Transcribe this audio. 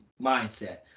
mindset